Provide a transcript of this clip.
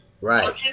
Right